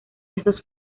estos